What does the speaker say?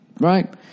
right